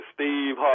Steve